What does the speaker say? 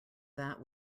that